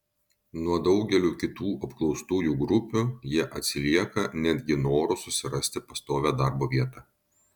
nuo daugelių kitų apklaustųjų grupių jie atsilieka netgi noru susirasti pastovią darbo vietą